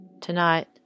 Tonight